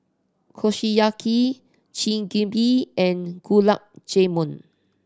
Kushiyaki Chigenabe and Gulab Jamun